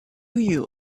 you